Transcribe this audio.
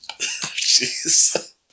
Jeez